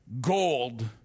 gold